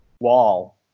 wall